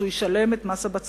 אז הוא ישלם את מס הבצורת,